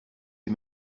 ces